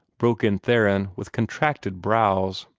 broke in theron, with contracted brows.